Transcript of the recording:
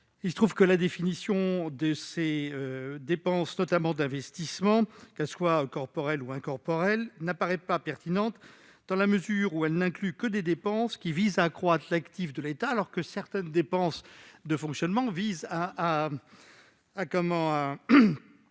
il se trouve que la définition de ces dépenses, notamment d'investissement, qu'il s'agisse d'immobilisations corporelles ou incorporelles, ne paraît pas pertinente dans la mesure où elle n'inclut que des dépenses visant à accroître l'actif de l'État, alors que certaines dépenses de fonctionnement visent à